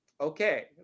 okay